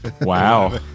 Wow